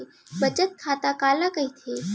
बचत खाता काला कहिथे?